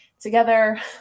together